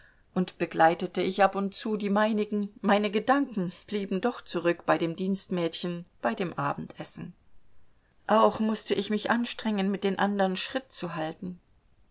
und begleitete ich ab und zu die meinigen meine gedanken blieben doch zurück bei dem dienstmädchen bei dem abendessen auch mußte ich mich anstrengen mit den andern schritt zu halten